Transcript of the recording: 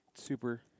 Super